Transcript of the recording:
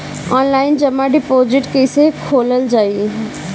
Online जमा deposit कैसे खोलल जाइ?